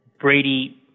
Brady